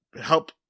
help